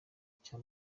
cya